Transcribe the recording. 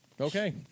Okay